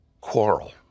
quarrel